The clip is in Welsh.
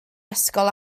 ysgol